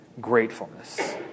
gratefulness